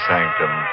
Sanctum